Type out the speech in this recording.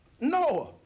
Noah